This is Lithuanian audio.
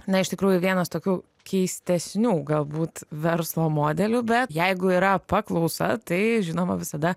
na iš tikrųjų vienas tokių keistesnių galbūt verslo modelių bet jeigu yra paklausa tai žinoma visada